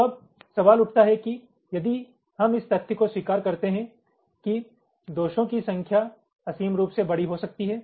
तो अब सवाल उठता है कि यदि हम इस तथ्य को स्वीकार करते हैं कि दोषों की संख्या असीम रूप से बड़ी हो सकती है